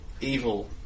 evil